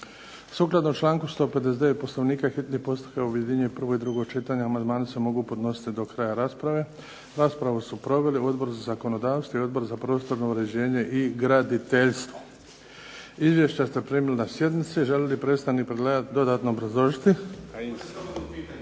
Sukladno članku 159. Poslovnika hitni postupak objedinjuje prvo i drugo čitanje. Amandmani se mogu podnositi do kraja rasprave. Raspravu su proveli Odbor za zakonodavstvo i Odbor za prostorno uređenje i graditeljstvo. Izvješća ste primili na sjednici. Želi li predstavnik predlagatelja dodatno obrazložiti? …/Upadica se ne